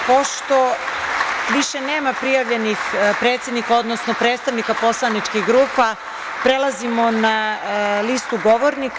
Pošto više nema prijavljenih predsednika, odnosno predstavnika poslaničkih grupa, prelazimo na listu govornika.